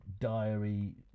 diary